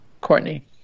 Courtney